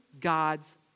God's